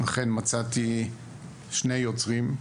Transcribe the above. ואכן מצאתי שני יוצרים,